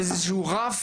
ואיזה שהוא רף,